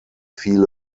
viele